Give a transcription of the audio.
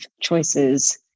choices